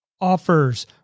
offers